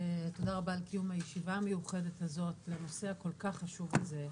תודה רבה על קיום הישיבה המיוחדת הזאת בנושא הכל כך חשוב הזה.